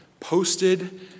posted